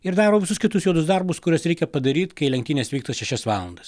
ir daro visus kitus juodus darbus kuriuos reikia padaryt kai lenktynės vyksta šešias valandas